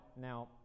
now